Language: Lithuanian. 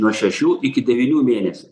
nuo šešių iki devynių mėnesių